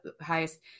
highest